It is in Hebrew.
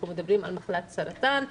אנחנו מדברים על מחלת הסרטן,